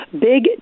Big